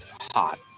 hot